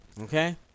Okay